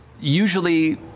usually